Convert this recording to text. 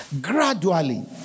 Gradually